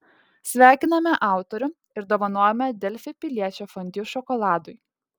sveikiname autorių ir dovanojame delfi piliečio fondiu šokoladui